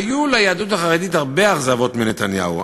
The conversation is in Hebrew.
היו ליהדות החרדית הרבה אכזבות מנתניהו,